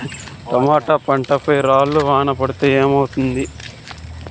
Tomato పంట పై రాళ్లు వాన పడితే ఏమవుతుంది?